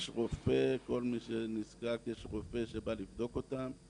יש רופא, לכל מי שנזקק יש רופא שבא לבדוק אותם,